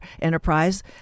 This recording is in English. enterprise